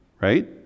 right